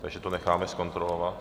Takže to necháme zkontrolovat...